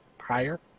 higher